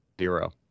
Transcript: zero